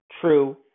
true